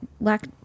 black